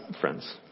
friends